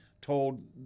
Told